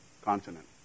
continent